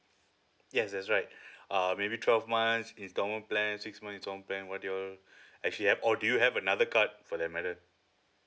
yes that's right uh maybe twelve months installment plan six month installment plan what do y'all actually have or do you have another card for that method